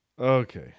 Okay